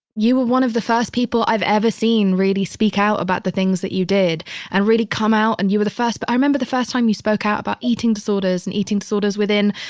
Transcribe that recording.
you were one of the first people i've ever seen really speak out about the things that you did and really come out. and you were the first, but i remember the first time you spoke out about eating disorders and eating disorders within,